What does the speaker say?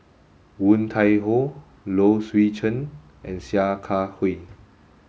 Woon Tai Ho Low Swee Chen and Sia Kah Hui